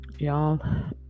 y'all